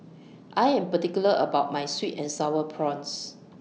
I Am particular about My Sweet and Sour Prawns